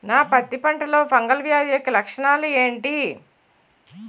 నా పత్తి పంటలో ఫంగల్ వ్యాధి యెక్క లక్షణాలు ఏంటి?